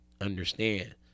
understand